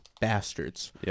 bastards